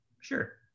sure